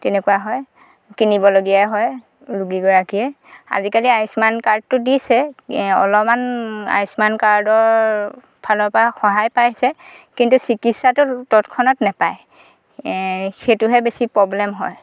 তেনেকুৱা হয় কিনিবলগীয়া হয় ৰোগীগৰাকীয়ে আজিকালি আয়ুষ্মান কাৰ্ডটো দিছে অলপমান আয়ুষ্মান কাৰ্ডৰ ফালৰপৰা সহায় পাইছে কিন্তু চিকিৎসাটো তৎক্ষণাৎ নেপায় সেইটোহে বেছি প্ৰব্লেম হয়